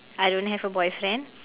I don't have a boyfriend